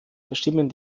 bestimmen